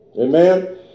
Amen